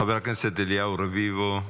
חבר הכנסת אליהו רביבו,